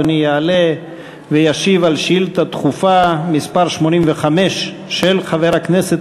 יעלה וישיב על שאילתה דחופה מס' 85 של חבר הכנסת